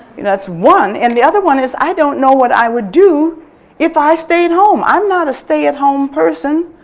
that's one, and the other one is that i don't know what i would do if i stayed home. i'm not a stay at home person.